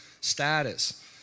status